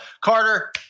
Carter